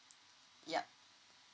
yup